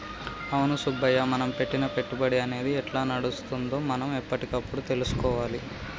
అవును సుబ్బయ్య మనం పెట్టిన పెట్టుబడి అనేది ఎట్లా నడుస్తుందో మనం ఎప్పటికప్పుడు తెలుసుకోవాలి